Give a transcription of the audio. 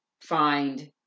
Find